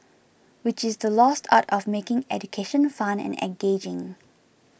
which is the lost art of making education fun and engaging